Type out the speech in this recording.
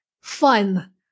fun